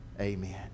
Amen